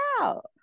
out